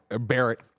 Barrett